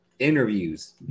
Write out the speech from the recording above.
Interviews